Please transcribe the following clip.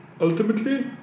Ultimately